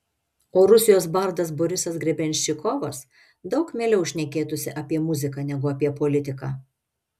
o rusijos bardas borisas grebenščikovas daug mieliau šnekėtųsi apie muziką negu apie politiką